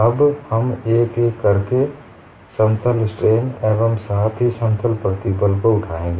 अब हम एक एक करके समतल स्ट्रेन एवं साथ ही समतल प्रतिबल को उठाएंगे